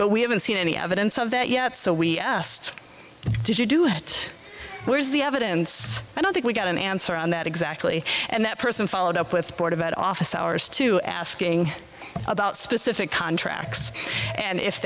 but we haven't seen any evidence of that yet so we asked did you do it where's the evidence i don't think we got an answer on that exactly and that person followed up with board about office hours to asking about specific contracts and if